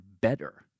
better